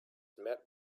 met